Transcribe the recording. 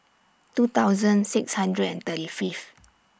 two thousand six hundred and thirty Fifth